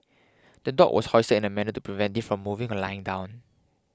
the dog was hoisted in a manner to prevent it from moving or lying down